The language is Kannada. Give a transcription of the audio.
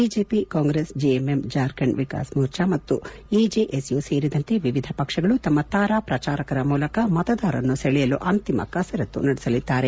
BJP Congress JMM Jharkhand Vikas Morcha ಮತ್ತು ಎಜೆಎಸ್ ಯು ಸೇರಿದಂತೆ ವಿವಿಧ ಪಕ್ಷಗಳು ತಮ್ಮ ತಾರಾ ಪ್ರಚಾರಕರ ಮೂಲಕ ಮತದಾರರನ್ನು ಸೆಳೆಯಲು ಅಂತಿಮ ಕಸರತ್ತು ನಡೆಸಲಿದ್ದಾರೆ